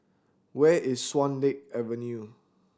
where is Swan Lake Avenue